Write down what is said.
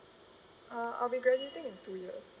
uh I'll be graduating in two years